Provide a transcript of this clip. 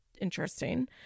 interesting